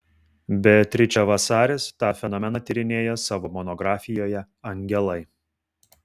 beatričė vasaris tą fenomeną tyrinėja savo monografijoje angelai